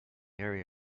area